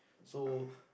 so